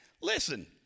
Listen